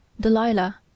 Delilah